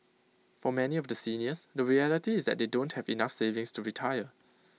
for many of the seniors the reality is that they don't have enough savings to retire